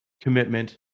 commitment